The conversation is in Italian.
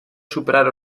superare